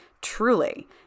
Truly